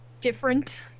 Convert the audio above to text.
different